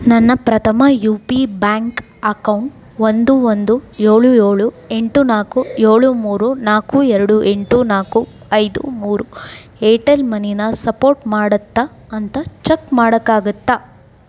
ನನ್ನ ಪ್ರಥಮ U P bank account ಒಂದು ಒಂದು ಏಳು ಏಳು ಎಂಟು ನಾಲ್ಕು ಏಳು ಮೂರು ನಾಲ್ಕು ಎರಡು ಎಂಟು ನಾಲ್ಕು ಐದು ಮೂರು ಏರ್ ಟೆಲ್ ಮನಿನ ಸಪೋರ್ಟ್ ಮಾಡುತ್ತಾ ಅಂತ ಚಕ್ ಮಾಡೋಕ್ಕಾಗುತ್ತಾ